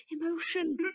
Emotion